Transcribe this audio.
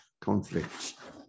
conflicts